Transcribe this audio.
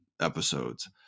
episodes